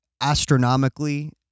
astronomically